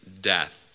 death